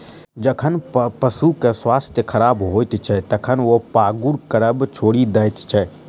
जखन पशुक स्वास्थ्य खराब होइत छै, तखन ओ पागुर करब छोड़ि दैत छै